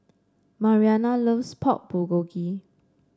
Mariana loves Pork Bulgogi